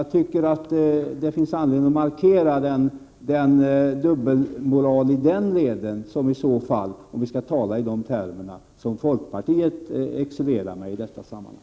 Jag tycker det finns anledning att markera att det är en dubbelmoral — om vi nu skall tala i sådana termer — som folkpartiet excellerar med i detta sammanhang.